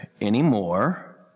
anymore